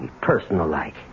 personal-like